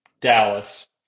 Dallas